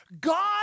God